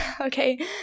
okay